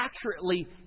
accurately